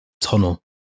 tunnel